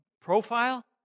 profile